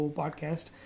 podcast